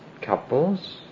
couples